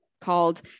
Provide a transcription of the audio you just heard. called